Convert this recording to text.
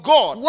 God